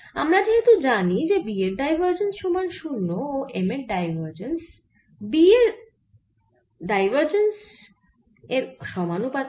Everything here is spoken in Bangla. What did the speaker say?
আমরা যেহেতু জানি যে B এর ডাইভারজেন্স সমান 0 ও M এর ডাইভারজেন্স ডাইভারজেন্স B এর সমানুপাতিক